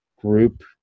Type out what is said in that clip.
group